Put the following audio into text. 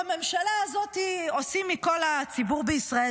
בממשלה הזאת עושים צחוק מכל הציבור בישראל,